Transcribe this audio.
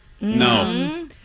No